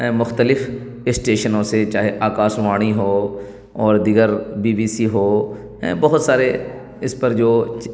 مختلف اسٹیشنوں سے چاہے آکاش وانی ہو اور دیگر بی بی سی ہو بہت سارے اس پر جو